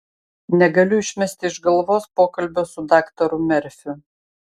negaliu išmesti iš galvos pokalbio su daktaru merfiu